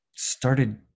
started